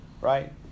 right